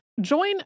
Join